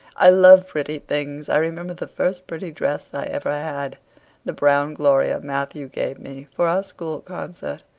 i love pretty things. i remember the first pretty dress i ever had the brown gloria matthew gave me for our school concert.